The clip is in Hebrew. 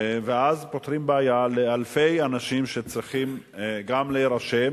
ואז פותרים בעיה לאלפי אנשים שצריכים גם להירשם